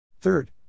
Third